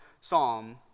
psalm